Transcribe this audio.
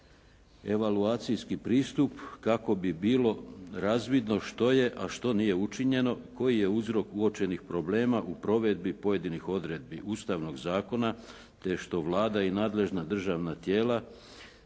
evaluacijski pristup kako bi bilo razvidno što je a što nije učinjeno, koji je uzrok uočenih problema u provedbi pojedinih odredbi ustavnog zakona te što Vlada i nadležna državna tijela